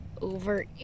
over